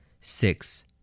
Six